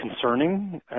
concerning